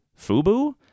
FUBU